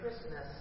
Christmas